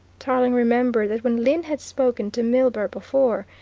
tarling remembered that when lyne had spoken to milburgh before,